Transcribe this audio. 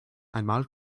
einmal